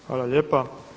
Hvala lijepa.